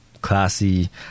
Classy